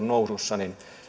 nousussa